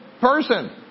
person